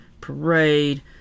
parade